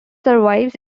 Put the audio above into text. survives